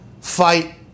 fight